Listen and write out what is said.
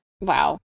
Wow